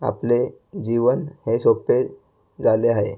आपले जीवन हे सोपे झाले आहे